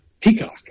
Peacock